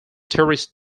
tourist